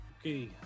Okay